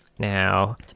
now